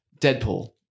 Deadpool